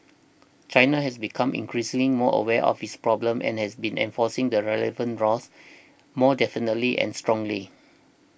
China has become increasingly more aware of this problem and have been enforcing the relevant laws more definitely and strongly